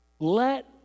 Let